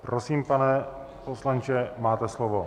Prosím, pane poslanče, máte slovo.